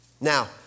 Now